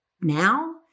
now